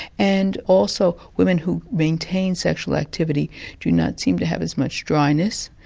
and also women who maintain sexual activity do not seem to have as much dryness.